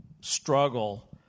struggle